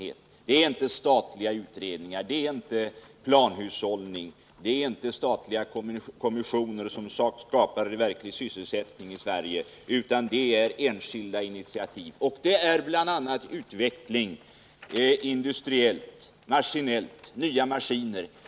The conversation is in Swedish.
141 Det är inte statliga utredningar, planhushållning och statliga kommissioner som skapar verklig sysselsättning i Sverige, utan det är enskilda initiativ. De gäller bl.a. utveckling industriellt, även maskinellt i form av nya maskiner.